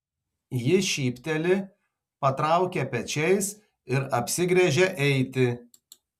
ji šypteli patraukia pečiais ir apsigręžia eiti